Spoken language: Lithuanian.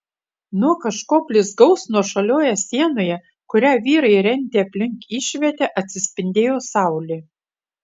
nuo kažko blizgaus nuošalioje sienoje kurią vyrai rentė aplink išvietę atsispindėjo saulė